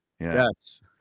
Yes